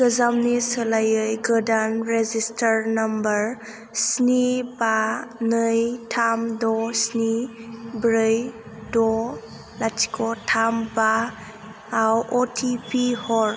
गोजामनि सोलायै गोदान रेजिस्टार नाम्बार स्नि बा नै थाम द' स्नि ब्रै द' लाथिख' थाम बाआव अटिपि हर